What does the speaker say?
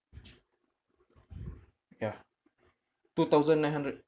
ya two thousand nine hundred